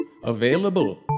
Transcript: available